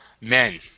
men